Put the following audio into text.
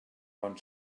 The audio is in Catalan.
bon